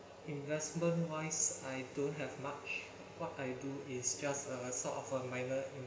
investment wise I don't have much what I do is just uh sort of a minor